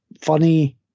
funny